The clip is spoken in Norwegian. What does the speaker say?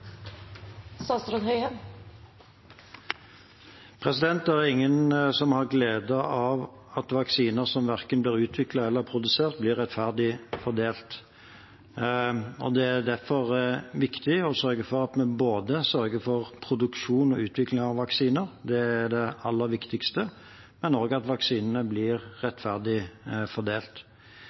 ingen som har glede av at vaksiner som verken blir utviklet eller produsert, blir rettferdig fordelt. Det er derfor viktig at vi sørger for både produksjon og utvikling av vaksiner – det er det aller viktigste – men også at vaksinene blir rettferdig fordelt.